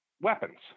weapons